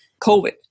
COVID